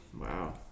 Wow